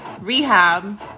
Rehab